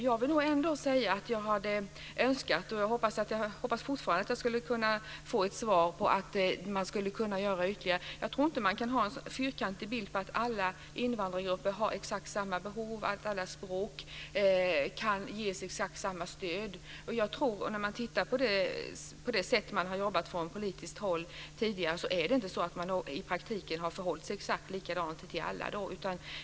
Jag vill nog ändå säga att jag hade önskat och jag hoppas fortfarande att jag ska kunna få svaret att man skulle kunna göra ytterligare. Jag tror inte att man kan ha den fyrkantiga bilden att alla invandrargrupper har exakt samma behov och att alla språk kan ges exakt samma stöd. Sett till hur man har jobbat från politiskt håll tidigare har man i praktiken inte förhållit sig exakt likadant till alla invandrargrupper.